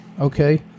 Okay